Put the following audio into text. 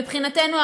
מבחינתנו,